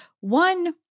one